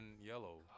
yellow